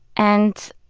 and